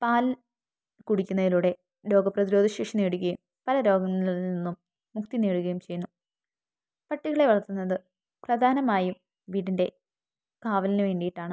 പാൽ കുടിക്കുന്നതിലൂടെ രോഗ പ്രതിരോധശേഷി നേടുകയും പല രോഗങ്ങളിൽ നിന്നും മുക്തി നേടുകയും ചെയ്യുന്നു പട്ടികളെ വളർത്തുന്നത് പ്രധാനമായും വീടിന്റെ കാവലിനു വേണ്ടിയിട്ടാണ്